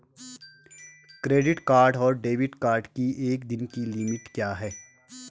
Credit card और debit card की एक दिन की लिमिट क्या है?